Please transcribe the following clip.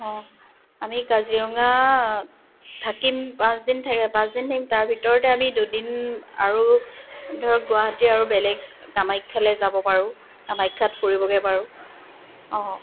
অঁ আমি কাজিৰঙা থাকিম পাঁচদিন থাকি পাঁচদিন থাকিম তাৰ ভিতৰতে আমি দুদিন আৰু ধৰক গুৱাহাটী আৰু বেলেগ কামাখ্যালৈ যাব পাৰোঁ কামাখ্যাত ফুৰিবগৈ পাৰোঁ অঁ